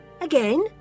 Again